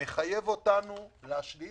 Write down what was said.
מחייב אותנו להשלים